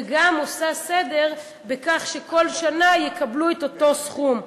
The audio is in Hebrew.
וגם עושה סדר בכך שבכל שנה הם יקבלו את אותו סכום.